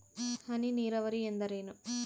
ಹನಿ ನೇರಾವರಿ ಎಂದರೇನು?